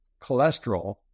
cholesterol